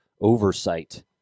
Oversight